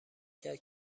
کرد